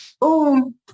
Boom